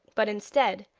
but, instead,